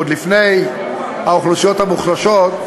עוד לפני האוכלוסיות המוחלשות,